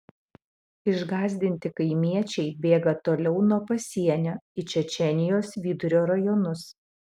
išgąsdinti kaimiečiai bėga toliau nuo pasienio į čečėnijos vidurio rajonus